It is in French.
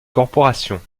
corporations